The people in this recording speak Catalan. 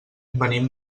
venim